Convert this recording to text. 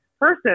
person